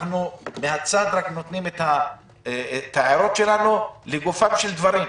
אנחנו מהצד רק נותנים את ההערות שלנו לגופם של דברים,